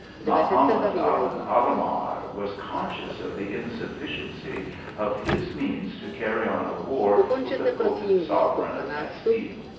mahamad aben alahmar was conscious of the insufficiency of his means to carry on a war with the potent sovereign of castile.